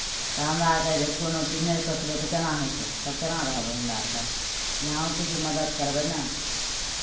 तऽ हमरा आरकेँ जे कोनो चीज नहि सोचबै तऽ केना हेतै तब केना रहबै हमरा आरके अहाँओ किछु मदति करबै ने